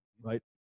right